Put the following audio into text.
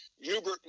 Hubert